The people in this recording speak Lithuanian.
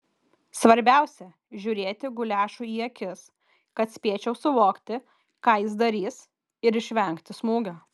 svarbiausia žiūrėti guliašui į akis kad spėčiau suvokti ką jis darys ir išvengti smūgio